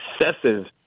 excessive